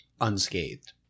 unscathed